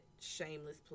shameless